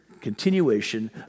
continuation